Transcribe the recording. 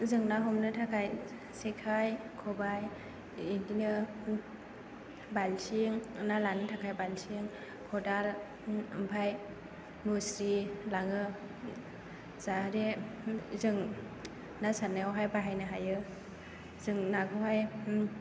जों ना हमनो थाखाय जेखाय खबाय बिदिनो बाल्थिं ना लानो थाखाय बाल्थिं खदाल ओमफ्राय मुस्रि लाङो जाहाथे जों ना सारनायावहाय बाहायनो हायो जों नाखौहाय